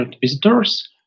visitors